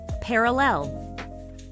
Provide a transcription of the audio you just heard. Parallel